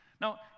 Now